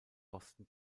boston